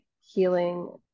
healing